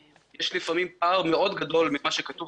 יש לפעמים פער מאוד גדול בין מה שכתוב